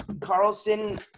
Carlson